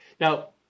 Now